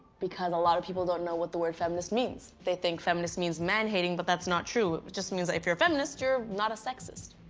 because a lot of people don't know what the word feminist means. they think feminist means man hating, but that's not true. it but just means that if you're a feminist you're not a sexist.